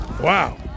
Wow